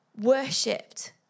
worshipped